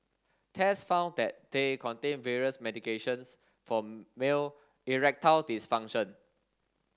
tests found that they contained various medications for male erectile dysfunction